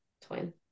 twin